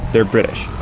they're british.